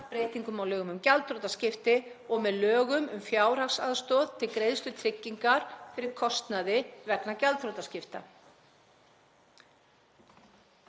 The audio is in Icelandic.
breytingu á lögum um gjaldþrotaskipti og með lögum um fjárhagsaðstoð til greiðslu tryggingar fyrir kostnaði vegna gjaldþrotaskipta.